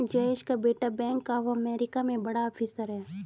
जयेश का बेटा bank of America में बड़ा ऑफिसर है